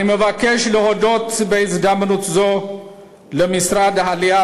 אני מבקש להודות בהזדמנות זו למשרד העלייה